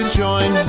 join